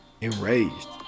enraged